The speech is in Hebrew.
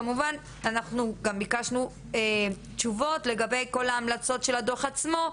כמובן שאנחנו ביקשנו גם תשובות לגבי כל ההמלצות של הדו"ח עצמו,